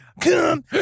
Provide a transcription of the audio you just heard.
Come